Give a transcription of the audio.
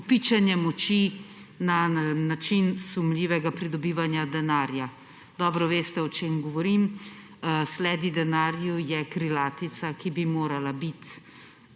kopičenje moči na način sumljivega pridobivanja denarja. Dobro veste o čem govorim. Sledi denarju je krilatica, ki bi morala biti